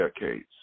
decades